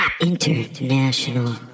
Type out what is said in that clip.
INTERNATIONAL